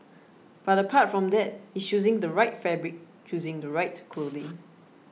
but apart from that it's choosing the right fabric choosing the right clothing